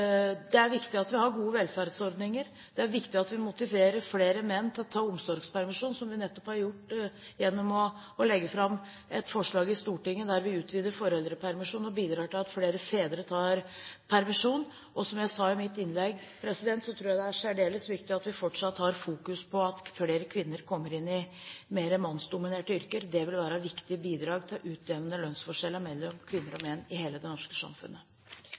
Det er viktig at vi har gode velferdsordninger. Det er viktig at vi motiverer flere menn til å ta omsorgspermisjon, som vi nettopp har gjort gjennom å legge fram et forslag i Stortinget der vi utvider foreldrepermisjonen og bidrar til at flere fedre tar permisjon. Og, som jeg sa i mitt innlegg, jeg tror det er særdeles viktig at vi fortsatt har fokus på at flere kvinner kommer inn i mer mannsdominerte yrker. Det vil være viktige bidrag til å utjevne lønnsforskjellene mellom kvinner og menn i hele det norske samfunnet.